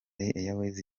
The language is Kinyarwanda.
airways